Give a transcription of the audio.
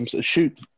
shoot